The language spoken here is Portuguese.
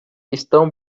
estão